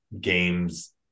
games